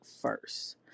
first